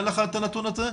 אין לך את הנתון הזה?